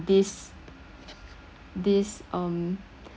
this this um